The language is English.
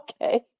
okay